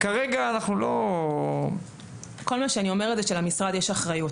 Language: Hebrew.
כרגע אנחנו לא --- כל מה שאני אומרת הוא שלמשרד יש אחריות.